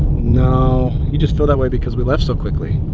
no, you just feel that way because we left so quickly.